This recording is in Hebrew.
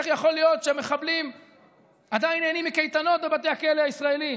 איך יכול להיות שהמחבלים עדיין נהנים מקייטנות בבתי הכלא הישראליים?